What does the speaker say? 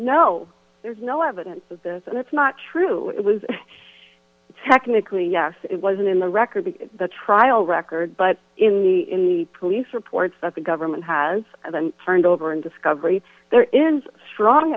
no there's no evidence of this and it's not true it was technically yes it wasn't in the record the trial record but in the police reports that the government has turned over and discovery there is strong